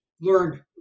learned